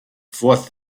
fourth